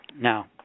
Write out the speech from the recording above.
Now